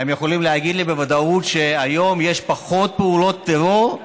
האם הם יכולים להגיד לי בוודאות שהיום יש פחות פעולות טרור?